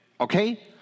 Okay